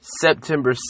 September